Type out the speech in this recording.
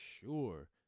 sure